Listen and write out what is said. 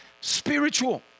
spiritual